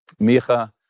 Micha